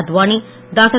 Advani doctor